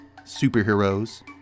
Superheroes